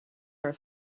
are